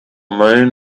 moon